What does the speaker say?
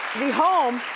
the home,